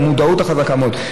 בגלל המודעות החזקה מאוד.